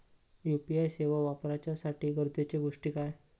UPI सेवा वापराच्यासाठी गरजेचे गोष्टी काय?